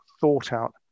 thought-out